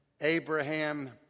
Abraham